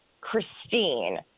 christine